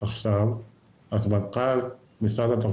לכן אנחנו לא רוצים לתת